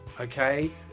okay